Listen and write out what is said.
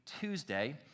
Tuesday